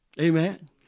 Amen